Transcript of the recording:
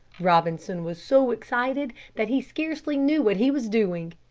robinson was so excited that he scarcely knew what he was doing.